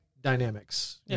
dynamics